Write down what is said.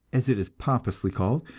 as it is pompously called,